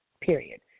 period